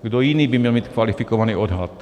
Kdo jiný by měl mít kvalifikovaný odhad?